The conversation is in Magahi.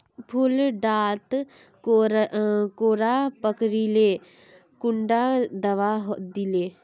फुल डात कीड़ा पकरिले कुंडा दाबा दीले?